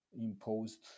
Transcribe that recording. imposed